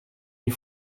une